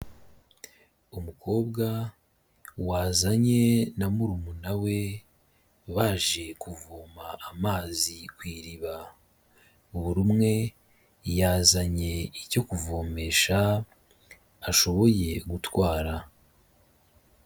Umukobwa wazanye na murumuna we baje kuvoma amazi ku iriba, buri umwe yazanye icyo kuvomesha ashoboye gutwara.